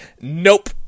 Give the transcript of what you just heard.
nope